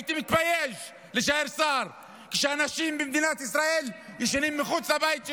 הייתי מתבייש להישאר שר כשאנשים במדינת ישראל ישנים מחוץ לבית שלהם.